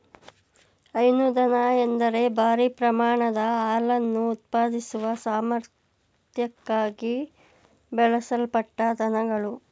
ಹೈನು ದನ ಎಂದರೆ ಭಾರೀ ಪ್ರಮಾಣದ ಹಾಲನ್ನು ಉತ್ಪಾದಿಸುವ ಸಾಮರ್ಥ್ಯಕ್ಕಾಗಿ ಬೆಳೆಸಲ್ಪಟ್ಟ ದನಗಳು